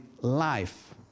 life